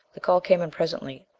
the call came in presently.